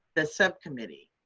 the subcommittee,